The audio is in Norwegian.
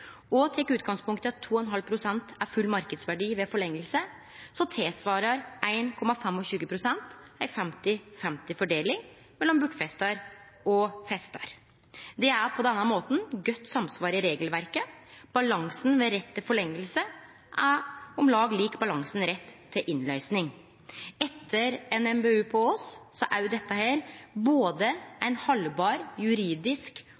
og tek utgangspunkt i at 2,5 pst. er full marknadsverdi ved forlenging, svarar 1,25 pst. til ei 50-50-fordeling mellom bortfestar og festar. Det er på denne måten godt samsvar i regelverket. Balansen ved rett til forlenging er om lag lik balansen ved rett til innløysing. Etter NMBU på Ås er òg dette ei haldbar både juridisk